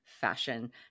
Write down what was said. fashion